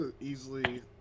easily